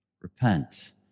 repent